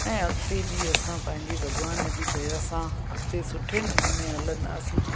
ऐं अॻिते बि असां पंहिजे भगवान जी दया सां अॻिते सुठे नमूने हलंदासीं